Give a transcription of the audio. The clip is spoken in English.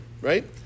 right